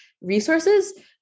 resources